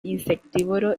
insectívoro